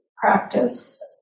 practice